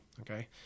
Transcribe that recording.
Okay